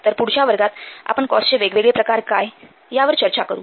तर पुढच्या वर्गात आपण कॉस्टचे वेगवेगळे प्रकार काय यावर चर्चा करू